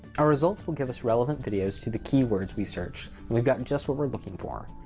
our results will give us relevant videos to the keywords we searched and weve got just what were looking for.